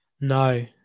No